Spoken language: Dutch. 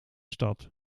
stad